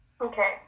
Okay